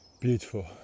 beautiful